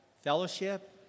Fellowship